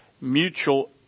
mutual